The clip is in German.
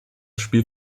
spiel